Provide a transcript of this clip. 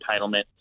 entitlement